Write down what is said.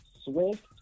Swift